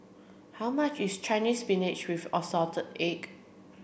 how much is Chinese Spinach with Assorted Eggs